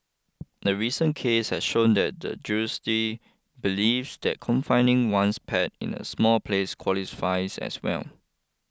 a recent case has shown that the judiciary believes that confining one's pet in a small place qualifies as well